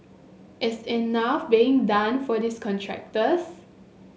is enough being done for these contractors